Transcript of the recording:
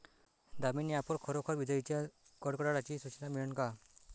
Damini app वर खरोखर विजाइच्या कडकडाटाची सूचना मिळन का?